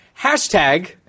hashtag